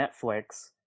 Netflix